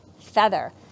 feather